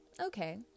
Okay